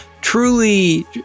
truly